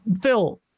Phil